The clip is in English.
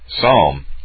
Psalm